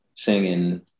singing